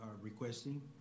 requesting